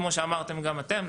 כמו שאמרתם גם אתם,